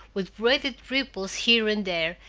with braided ripples here and there,